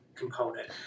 component